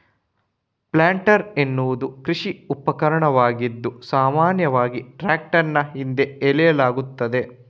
planter ಎನ್ನುವುದು ಕೃಷಿ ಉಪಕರಣವಾಗಿದ್ದು, ಸಾಮಾನ್ಯವಾಗಿ ಟ್ರಾಕ್ಟರಿನ ಹಿಂದೆ ಎಳೆಯಲಾಗುತ್ತದೆ